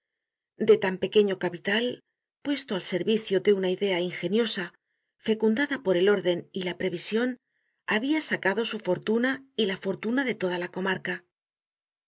de tan pequeño capital puesto al servicio de una idea ingeniosa fecundada por el órden y la prevision habia sacado su fortuna y la fortuna de toda la comarca